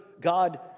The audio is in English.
God